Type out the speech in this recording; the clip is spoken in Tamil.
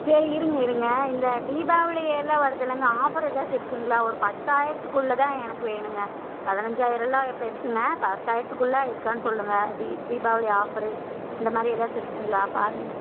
சரி இருங்க இருங்க இந்த தீபாவளியெல்லாம் வருதுல்லங்க ஆஃபர் எதாச்சும் இருக்குங்களா ஒரு பத்தாயிரத்துக்குள்ளேதான் எனக்கு வேணுங்க பதினஞ்சாயிரம்லாம் பெருசுங்க பத்தாயிரத்துக்குள்ளே இருக்கான்னு சொல்லுங்கள் தீ தீபாவளி ஆஃபரு இந்த மாரி எதாச்சும் இருக்குங்களா பாருங்கள்